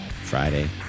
Friday